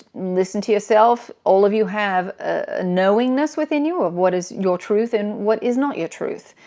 listen to yourself. all of you have ah knowingness within you of what is your truth and what is not your truth.